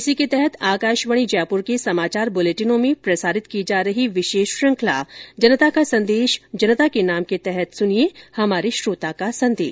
इसी के तहत आकाशवाणी जयपुर के समाचार बुलेटिनों में प्रसारित की जा रही विशेष श्रृखंला जनता का संदेश जनता के नाम के तहत सुनिये हमारे श्रोता का संदेश